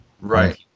Right